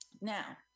Now